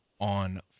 on